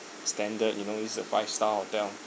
standard you know it's a five star hotel